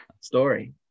story